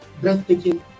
breathtaking